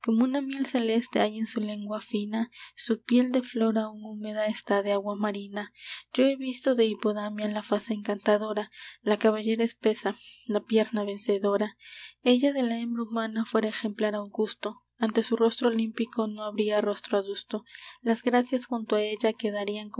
una miel celeste hay en su lengua fina su piel de flor aun húmeda está de agua marina yo he visto de hipodamia la faz encantadora la cabellera espesa la pierna vencedora ella de la hembra humana fuera ejemplar augusto ante su rostro olímpico no habría rostro adusto las gracias junto a ella quedarían